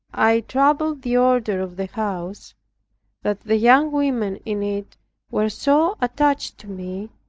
i troubled the order of the house that the young women in it were so attached to me,